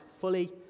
fully